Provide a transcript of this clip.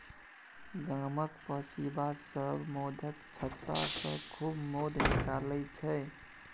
गामक पसीबा सब मौधक छत्तासँ खूब मौध निकालै छै